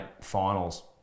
finals